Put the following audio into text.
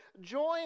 join